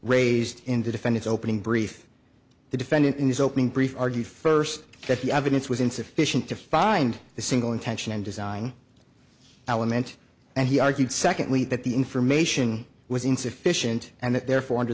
raised in to defend its opening brief the defendant in his opening brief argued first that the evidence was insufficient to find the single intention and design element and he argued secondly that the information was insufficient and that therefore under